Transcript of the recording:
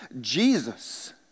Jesus